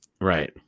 Right